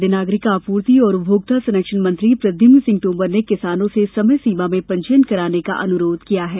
खाद्य नागरिक आपूर्ति और उपभोक्ता संरक्षण मंत्री प्रद्यम्न सिंह तोमर ने किसानों से समय सीमा में पंजीयन कराने का अनुरोध किया है